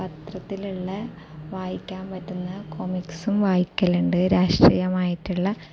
പത്രത്തിലുള്ള വായിക്കാൻ പറ്റുന്ന കോമിക്സും വായിക്കലുണ്ട് രാഷ്ട്രീയമായിട്ടുള്ള